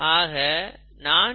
ஆக 4